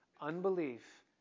unbelief